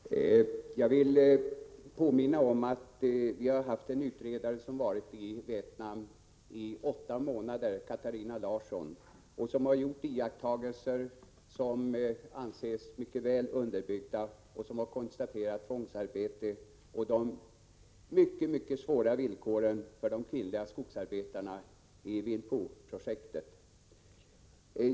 Herr talman! Jag vill påminna om att vi haft en utredare som varit i Vietnam i åtta månader — Katarina Larsson. Hon har gjort iakttagelser som anses mycket väl underbyggda. Hon har konstaterat att det förekommer tvångsarbete och noterat de mycket svåra villkoren för kvinnliga skogsarbetare i Vinh Phu-projektet.